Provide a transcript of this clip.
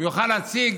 הוא יוכל להציג